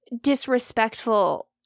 disrespectful